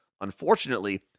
Unfortunately